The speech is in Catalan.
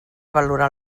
valorar